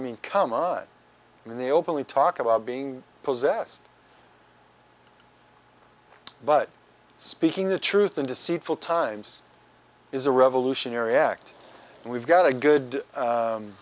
mean come on in the openly talk about being possessed but speaking the truth and deceitful times is a revolutionary act and we've got a good